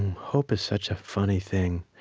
hope is such a funny thing.